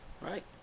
right